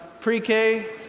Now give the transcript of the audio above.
pre-K